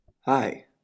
Hi